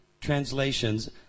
translations